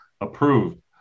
approved